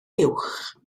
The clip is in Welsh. uwch